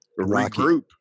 regroup